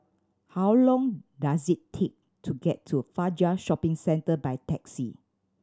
how long does it take to get to Fajar Shopping Centre by taxi